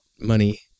money